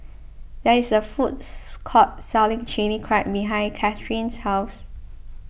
there is a foods court selling Chili Crab behind Cathrine's house